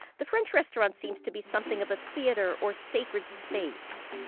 the french restaurant seems to be something of a theatre, or sacred space.